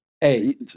Hey